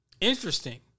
Interesting